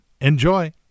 Enjoy